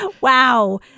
Wow